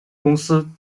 公司